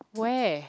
where